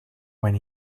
when